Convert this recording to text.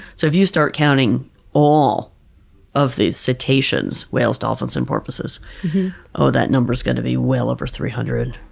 so, if you start counting all of the cetaceans whales, dolphins, and porpoises oh, that number's going to be well over three hundred.